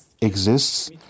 exists